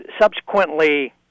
subsequently